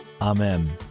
Amen